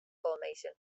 formation